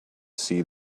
see